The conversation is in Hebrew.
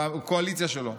בקואליציה שלו.